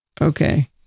okay